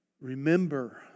remember